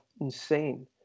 insane